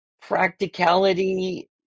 practicality